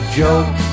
joke